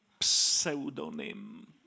pseudonym